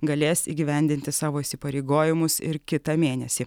galės įgyvendinti savo įsipareigojimus ir kitą mėnesį